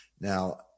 Now